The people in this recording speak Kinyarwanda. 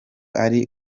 ari